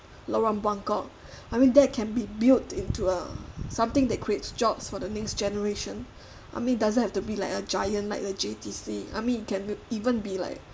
lorong buangkok I mean that can be built into a something that creates jobs for the next generation I mean doesn't have to be like a giant like a J_T_C I mean it can even be like